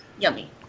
yummy